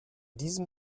diesem